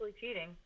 cheating